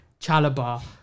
Chalabar